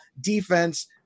defense